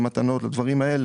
למתנות ודברים כאלה,